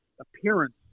appearance